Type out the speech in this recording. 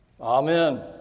Amen